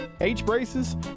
H-braces